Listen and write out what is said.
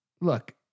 Look